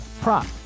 prop